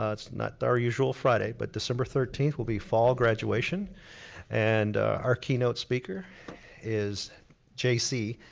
ah it's not our usual friday but december thirteenth will be fall graduation and our keynote speaker is j c,